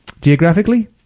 geographically